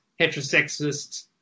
heterosexist